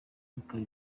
bikaba